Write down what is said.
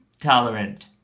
tolerant